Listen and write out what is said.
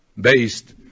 based